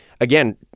again